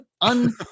un